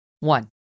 One